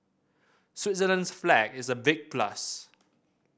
Switzerland's flag is a big plus